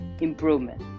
improvement